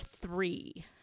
three